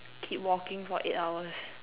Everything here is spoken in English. keep walking for eight hours